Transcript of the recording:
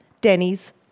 Denny's